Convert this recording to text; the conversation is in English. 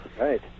right